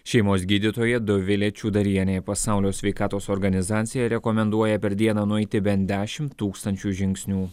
šeimos gydytoja dovilė čiūdarienė pasaulio sveikatos organizacija rekomenduoja per dieną nueiti bent dešimt tūkstančių žingsnių